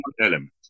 element